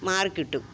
മാറിക്കിട്ടും